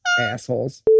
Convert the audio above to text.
Assholes